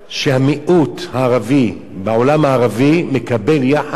שהמיעוט הערבי, בעולם הערבי, מקבל יחס